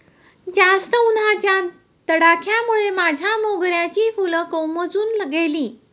जास्त उन्हाच्या तडाख्यामुळे माझ्या मोगऱ्याची फुलं कोमेजून गेली